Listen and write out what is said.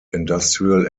industrial